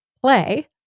play